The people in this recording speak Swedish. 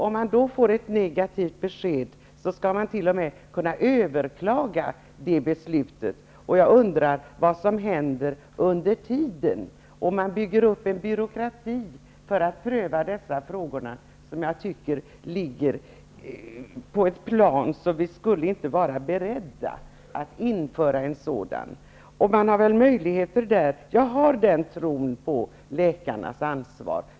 Om man då får ett negativt besked, skall man t.o.m. kunna överklaga det beslutet. Jag undrar vad som händer under tiden. Man bygger upp en byråkrati för att pröva frågor som ligger på ett sådant plan att vi enligt min mening inte borde vara beredda att införa en sådan byråkrati. Jag tror på läkarnas ansvar.